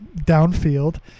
downfield